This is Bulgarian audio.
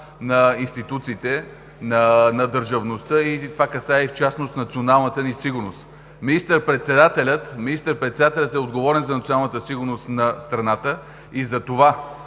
на институциите, на държавността. Това касае и в частност националната ни сигурност. Министър-председателят е отговорен за националната сигурност на страната и затова